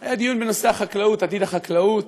היה דיון בנושא החקלאות, עתיד החקלאות,